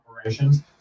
operations